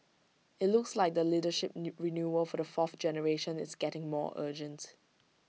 IT looks like the leadership new renewal for the fourth generation is getting more urgent